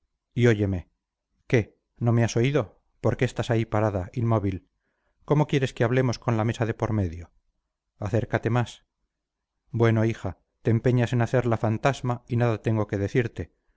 óyeme qué no me has oído por qué estás ahí parada inmóvil cómo quieres que hablemos con la mesa de por medio acércate más bueno hija te empeñas en hacer la fantasma y nada tengo que decirte